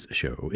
show